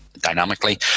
dynamically